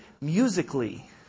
musically